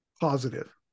positive